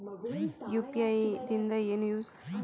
UPI ದಿಂದ ಏನು use?